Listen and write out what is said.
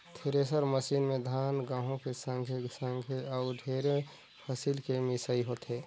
thresher machine में धान, गहूँ के संघे संघे अउ ढेरे फसिल के मिसई होथे